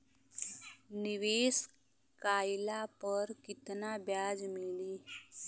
निवेश काइला पर कितना ब्याज मिली?